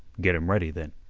get em ready, then.